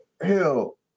hell